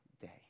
day